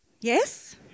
Yes